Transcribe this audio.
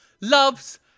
loves